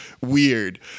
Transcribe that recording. weird